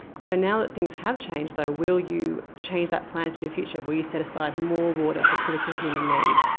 so now that things have changed, though, will you change that plan for the future where you set aside more water for critical human need?